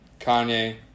Kanye